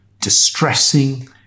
distressing